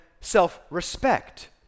self-respect